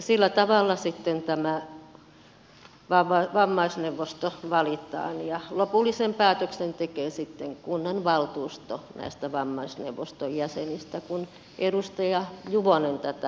sillä tavalla sitten tämä vammaisneuvosto valitaan ja lopullisen päätöksen tekee sitten kunnanvaltuusto näistä vammaisneuvoston jäsenistä kun edustaja juvonen tätä asiaa kyseli